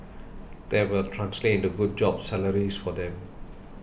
that will translate into good jobs salaries for them